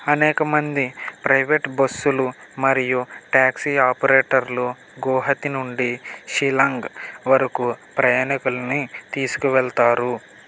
అనేక మంది ప్రైవేట్ బస్సులు మరియు ట్యాక్సీ ఆపరేటర్లు గౌహతి నుండి షిల్లాంగ్ వరకు ప్రయాణికుల్ని తీసుకువెళతారు